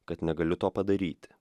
kad negaliu to padaryti